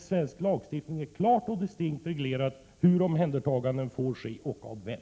I svensk lagstiftning finns klart och distinkt reglerat hur omhändertaganden får ske och av vem.